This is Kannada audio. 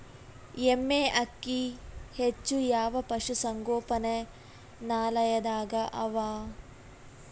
ಎಮ್ಮೆ ಅಕ್ಕಿ ಹೆಚ್ಚು ಯಾವ ಪಶುಸಂಗೋಪನಾಲಯದಾಗ ಅವಾ?